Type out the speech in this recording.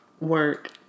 work